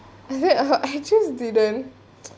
I i I just didn't